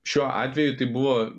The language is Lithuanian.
šiuo atveju tai buvo